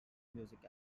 music